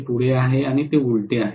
हे पुढे आहे आणि हे उलटे आहे